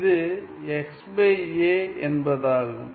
இது என்பதாகும்